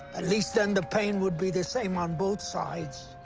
at least then the pain would be the same on both sides.